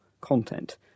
content